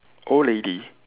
old lady